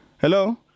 hello